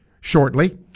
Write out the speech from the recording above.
shortly